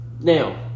Now